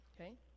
okay